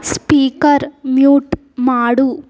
speaker mute ಮಾಡು